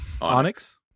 Onyx